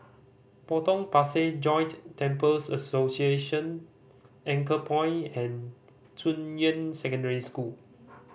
Potong Pasir Joint Temples Association Anchorpoint and Junyuan Secondary School